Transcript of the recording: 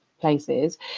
places